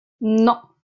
non